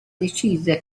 decise